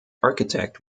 architect